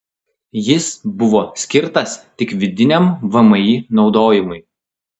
jis buvo skirtas tik vidiniam vmi naudojimui